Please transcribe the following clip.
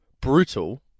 Brutal